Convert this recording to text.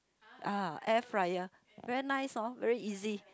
ah air fryer very nice hor very easy